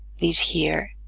these here.